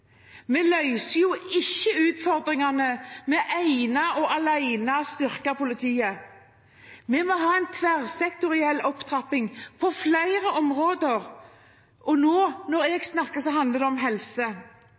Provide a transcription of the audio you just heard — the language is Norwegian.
ikke utfordringene ved ene og alene å styrke politiet. Vi må ha en tverrsektoriell opptrapping på flere områder, og nå, når jeg snakker, handler det om helse.